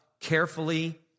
carefully